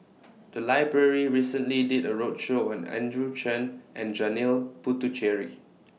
The Library recently did A roadshow on Andrew Chew and Janil Puthucheary